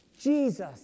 Jesus